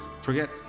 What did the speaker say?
forget